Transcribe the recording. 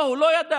לא, הוא לא ידע.